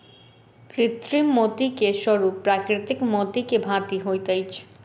कृत्रिम मोती के स्वरूप प्राकृतिक मोती के भांति होइत अछि